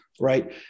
right